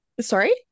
Sorry